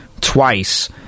twice